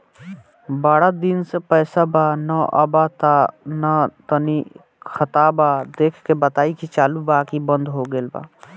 बारा दिन से पैसा बा न आबा ता तनी ख्ताबा देख के बताई की चालु बा की बंद हों गेल बा?